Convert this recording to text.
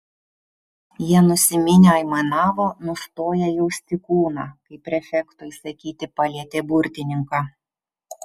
jie nusiminę aimanavo nustoję jausti kūną kai prefekto įsakyti palietė burtininką